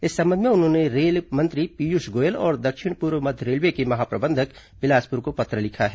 इस संबंध में उन्होंने रेल मंत्री पीयूष गोयल और दक्षिण पूर्व मध्य रेलवे के महाप्रबंधक बिलासपुर को पत्र लिखा है